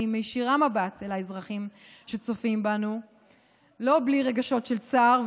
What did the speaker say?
אני מישירה מבט אל האזרחים שצופים בנו לא בלי רגשות של צער,